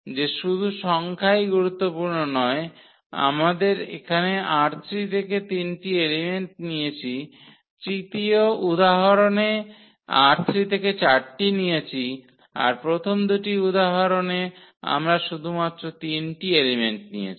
যে শুধু সংখ্যাই গুরুত্বপূর্ণ নয় যে আমরা এখানে ℝ3 থেকে তিনটি এলিমেন্ট নিয়েছি তৃতীয় উদাহরণে ℝ3 থেকে চারটি নিয়েছি আর প্রথম দুটি উদাহরণে আমরা শুধুমাত্র তিনটি এলিমেন্ট নিয়েছি